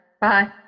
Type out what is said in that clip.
Bye